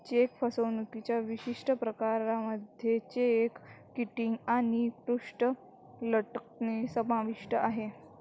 check फसवणुकीच्या विशिष्ट प्रकारांमध्ये चेक किटिंग आणि पृष्ठ लटकणे समाविष्ट आहे